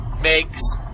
makes